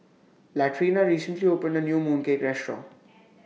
Latrina recently opened A New Mooncake Restaurant